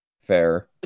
fair